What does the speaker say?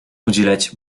уделять